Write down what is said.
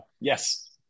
yes